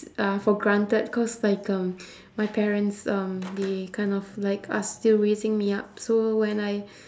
uh for granted because like um my parents um they kind of like are still raising me up so when I